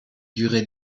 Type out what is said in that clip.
durée